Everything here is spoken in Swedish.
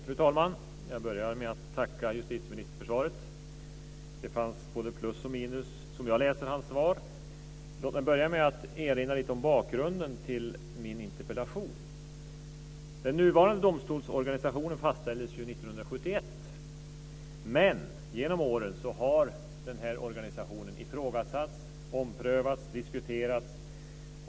Fru talman! Jag börjar med att tacka justitieministern för svaret. Det fanns både plus och minus, som jag läser hans svar. Låt mig börja med att erinra om bakgrunden till min interpellation. Den nuvarande domstolsorganisationen fastställdes 1971. Genom åren har organisationen ifrågasatts, omprövats och diskuterats.